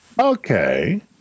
Okay